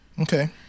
Okay